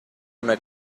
una